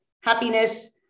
happiness